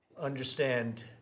understand